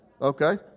Okay